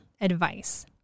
advice